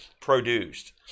produced